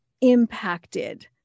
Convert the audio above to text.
impacted